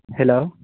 hello